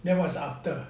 that was after